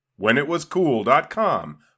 WhenItWasCool.com